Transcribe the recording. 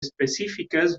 específiques